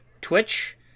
Twitch